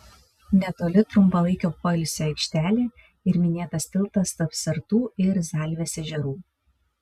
netoli trumpalaikio poilsio aikštelė ir minėtas tiltas tarp sartų ir zalvės ežerų